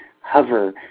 hover